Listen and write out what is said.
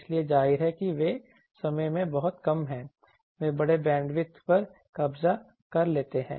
इसलिए जाहिर है कि वे समय में बहुत कम हैं वे बड़े बैंडविड्थ पर कब्जा कर लेते हैं